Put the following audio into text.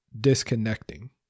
disconnecting